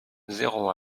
zéro